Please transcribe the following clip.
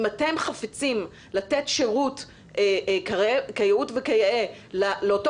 אם אתם חפצים לתת שירות כיאות וכיאה לאותו